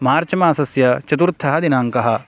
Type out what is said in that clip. मार्च् मासस्य चतुर्थदिनाङ्कः